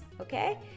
Okay